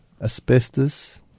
Asbestos